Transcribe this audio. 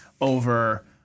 over